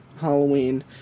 Halloween